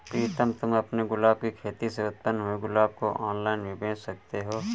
प्रीतम तुम अपने गुलाब की खेती से उत्पन्न हुए गुलाब को ऑनलाइन भी बेंच सकते हो